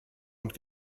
und